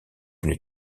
une